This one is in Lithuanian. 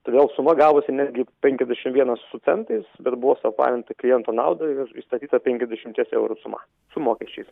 todėl suma gavosi netgi penkiasdešim vienas su centais bet buvo suapvalinta kliento naudai ir išstatyta penkiasdešimties eurų suma su mokesčiais